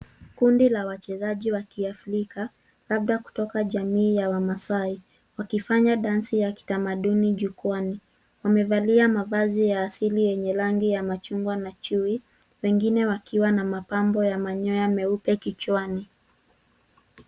Kundi la wachezaji wa kiafrika, labda kutoka jamii ya wamaasai wakifanya densi ya kitamaduni jukwaani. Wamevalia mavazi ya kiasili yenye rangi ya machungwa na chui, wengine wakiwa na mapambo ya manyoya meupe kichwani.